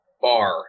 bar